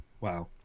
Wow